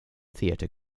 theater